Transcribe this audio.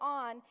on